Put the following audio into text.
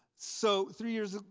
so three years.